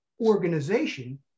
organization